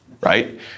right